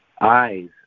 eyes